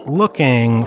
looking